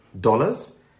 dollars